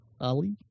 Ali